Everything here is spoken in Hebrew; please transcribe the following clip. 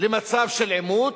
למצב של עימות?